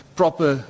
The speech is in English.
proper